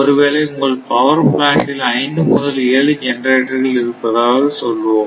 ஒருவேளை உங்கள் பவர் பிளாண்ட்டில் ஐந்து முதல் ஏழு ஜெனரேட்டர்கள் இருப்பதாக சொல்வோம்